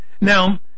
Now